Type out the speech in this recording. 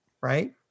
right